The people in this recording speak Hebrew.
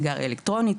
הסיגריה האלקטרונית,